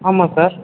ஆமாம் சார்